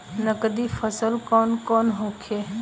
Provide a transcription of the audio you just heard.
नकदी फसल कौन कौनहोखे?